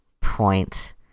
point